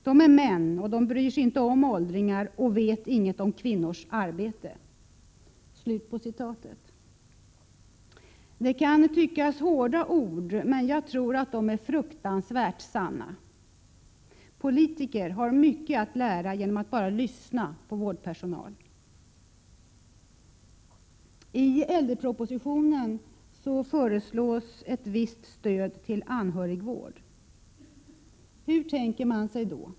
De är män och bryr sig inte om åldringar och vet inget om kvinnors arbete.” Detta kan tyckas vara hårda ord, men jag tror att de är fruktansvärt sanna. Politiker har mycket att lära genom att bara lyssna på vårdpersonal. I äldrepropositionen föreslås visst stöd till anhörigvård. Hur tänker man då?